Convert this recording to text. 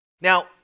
Now